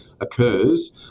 occurs